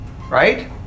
Right